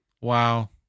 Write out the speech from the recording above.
Wow